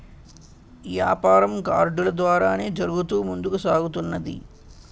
యాపారం కార్డులు ద్వారానే జరుగుతూ ముందుకు సాగుతున్నది